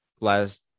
last